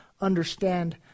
understand